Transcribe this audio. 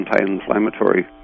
anti-inflammatory